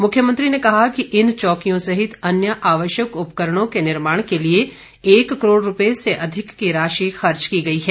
मुख्यमंत्री ने कहा कि इन चौकियों सहित अन्य आवश्यक उपकरणों के निर्माण के लिए एक करोड़ रूपये से अधिक की राशि खर्च की गई है